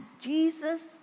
Jesus